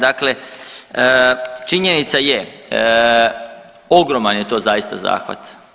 Dakle, činjenica je ogroman je to zaista zahvat.